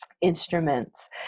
instruments